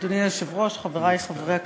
אדוני היושב-ראש, חברי חברי הכנסת,